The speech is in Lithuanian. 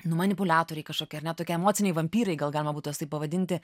nu manipuliatoriai kažkokie ar ne tokie emociniai vampyrai gal galima būtų taip pavadinti